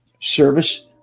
service